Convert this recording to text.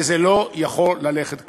וזה לא יכול ללכת כך.